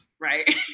right